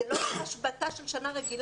זאת לא השבתה של שנה רגילה.